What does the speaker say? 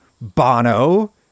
Bono